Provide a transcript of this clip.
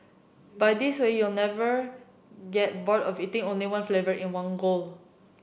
by this way you never get bored of eating only one flavour in one go